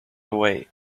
away